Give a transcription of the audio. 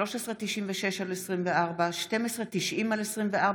פ/1396/24 ו-פ/1290/24,